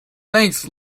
thanks